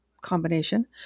combination